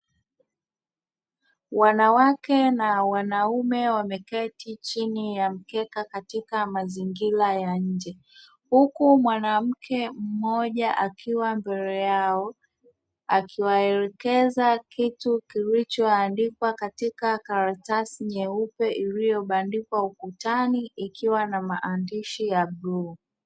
Wanawake na wanaume wameketi chini ya mkeka katika mazingira ya nje, huku mwanamke mmoja akiwa mbele yao akiwaelekeza kitu kilichoandikwa katika karatasi nyeupe iliyobandikwa ukutani ikiwa na maandishi ya bluu.